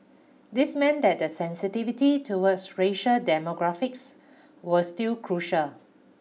this meant that the sensitivity toward racial demographics was still crucial